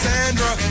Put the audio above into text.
Sandra